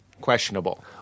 questionable